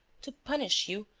to punish you,